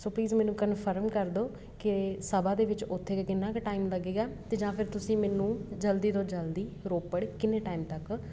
ਸੋ please ਮੈਨੂੰ confirm ਕਰ ਦਿਉ ਕਿ ਸਭਾ ਦੇ ਵਿੱਚ ਉੱਥੇ ਕਿੰਨਾ ਕੁ ਟਾਈਮ ਲੱਗੇਗਾ ਅਤੇ ਜਾਂ ਫਿਰ ਤੁਸੀਂ ਮੈਨੂੰ ਜਲਦੀ ਤੋਂ ਜਲਦੀ ਰੋਪੜ ਕਿੰਨੇ ਟਾਈਮ ਤੱਕ